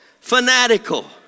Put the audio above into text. fanatical